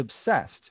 obsessed